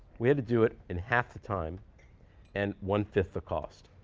we had to do it in half the time and one five the cost.